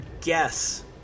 guess